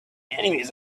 enemies